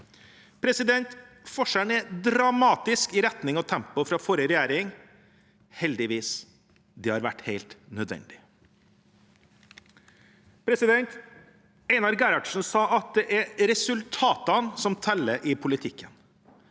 Forskjellen er dramatisk i retning og tempo fra forrige regjering – heldigvis. Det har vært helt nødvendig. Einar Gerhardsen sa at det er resultatene som teller i politikken,